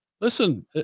Listen